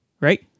Right